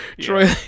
Troy